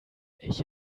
ich